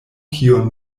kiun